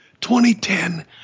2010